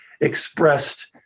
expressed